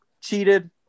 cheated